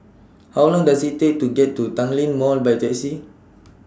How Long Does IT Take to get to Tanglin Mall By Taxi